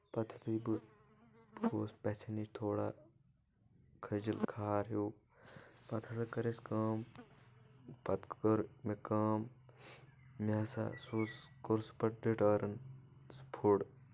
پَتہٕ یِتھُے بہٕ گووَس پَژھیٚن نِش تھوڑا کھٔجل کھار ہیوٗ پَتہٕ ہسا کٔر اَسہِ کٲم پَتہٕ کٔر مےٚ کٲم مےٚ ہسا سوٗز کوٚر سُہ پَتہٕ رِٹٲرٕن سُہ فُڈ